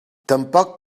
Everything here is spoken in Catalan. tampoc